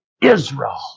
Israel